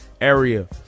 area